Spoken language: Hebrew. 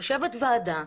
יושבת ועדה,